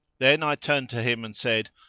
then i turned to him and said,